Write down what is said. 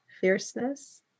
fierceness